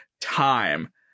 time